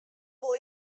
wol